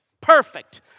perfect